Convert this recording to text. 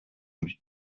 but